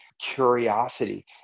curiosity